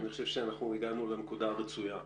אני חושב שהגענו לנקודה הרצויה.